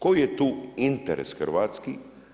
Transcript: Koji je tu interes hrvatski?